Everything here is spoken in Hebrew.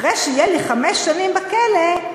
אחרי שיהיו לי חמש שנים בכלא,